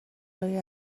لای